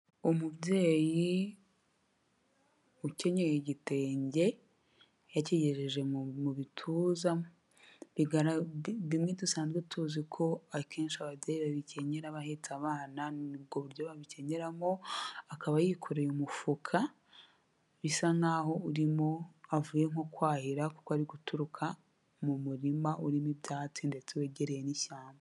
Umubyeyi ukenyeye igitenge yakigeje mu bituza，bimwe dusanzwe tuzi ko akenshi ababyeyi bikennyera bahetse abana，mu buryo babikenyeramo， akaba yikoreye umufuka， bisa n'aho urimo avuye nko kwahira， kuko ari guturuka mu murima urimo ibyatsi ndetse wegereye n'ishyamba.